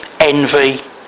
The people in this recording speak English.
envy